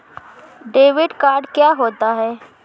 Debit card क्या होता है?